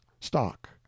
stock